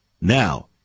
Now